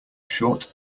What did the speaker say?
short